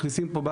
מכניסים פה,